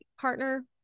partner